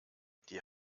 die